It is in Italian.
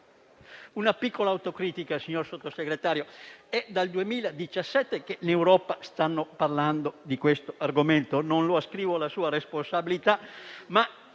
Una piccola autocritica, signor Sottosegretario: è dal 2017 che in Europa stanno parlando di questo argomento. Non lo ascrivo alla sua responsabilità, ma